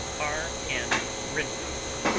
r. m. renfield,